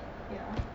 ya